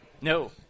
No